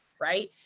right